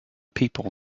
people